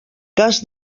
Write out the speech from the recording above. cas